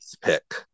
pick